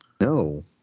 No